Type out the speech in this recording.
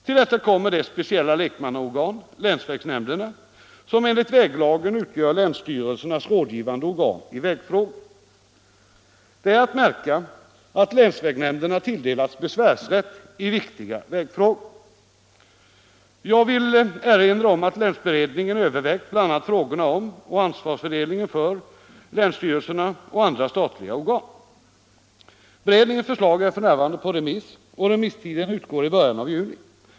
Till detta kommer det speciella lekmannaorgan, länsvägnämnderna, som enligt väglagen utgör länsstyrelsernas rådgivande organ i vägfrågor. Det är att märka att länsvägnämnderna tilldelats besvärsrätt i viktiga vägfrågor. Jag vill erinra om att länsberedningen övervägt bl.a. frågorna om och ansvarsfördelningen mellan länsstyrelserna och andra statliga regionala organ. Beredningens förslag är f.n. på remiss, och remisstiden utgår i början av juni.